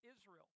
Israel